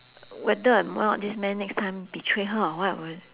whether or not this man next time betray her or what will